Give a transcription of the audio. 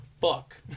fuck